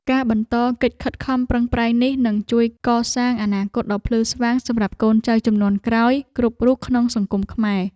ការបន្តកិច្ចខិតខំប្រឹងប្រែងនេះនឹងជួយកសាងអនាគតដ៏ភ្លឺស្វាងសម្រាប់កូនចៅជំនាន់ក្រោយគ្រប់រូបក្នុងសង្គមខ្មែរ។